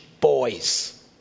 boys